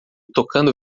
tocando